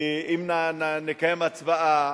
כי אם נקיים הצבעה